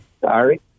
Sorry